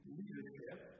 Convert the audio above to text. leadership